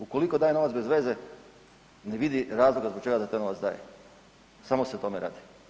Ukoliko daje novac bez veze ne vidi razloga zbog čega se taj novac daje, samo se o tome radi.